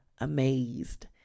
amazed